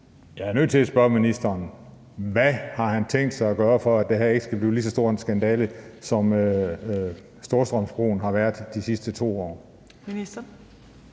Jeg er nødt til at spørge ministeren: Hvad har han tænkt sig at gøre, for at det her ikke skal blive en lige så stor skandale, som Storstrømsbroen har været de sidste 2 år?